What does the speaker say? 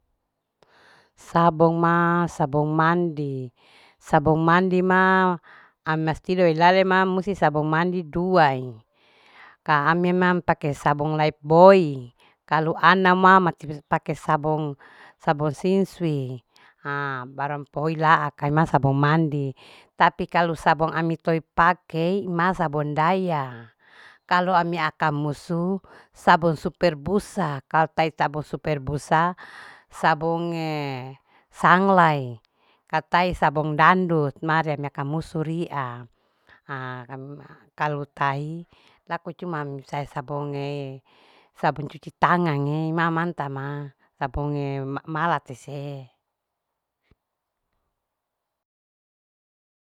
Sabong ma sabong mandi. sabong mandi ma amastido ilale ma musti sabun mandi dua'e kaame mam musti pake sabun mandi lefboy kalu ana ma pake sabong sabo sinsui barang poi laha kai ma sabong mandi tapi kalu sabong ami toi pakei ma sabon daia kalu ami aka musu sabon super busa kalu tai sabun super busa sabong sanglai katae sabong dangdut mari'e mekamusu ria kalu tahi laku cuma sabonge. sabun cuci tangang'e ima manta ma sabong'e malate se.